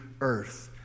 earth